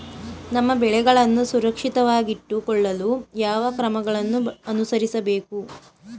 ನಮ್ಮ ಬೆಳೆಗಳನ್ನು ಸುರಕ್ಷಿತವಾಗಿಟ್ಟು ಕೊಳ್ಳಲು ಯಾವ ಕ್ರಮಗಳನ್ನು ಅನುಸರಿಸಬೇಕು?